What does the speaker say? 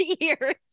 years